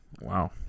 Wow